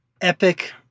epic